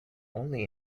only